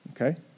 Okay